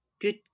good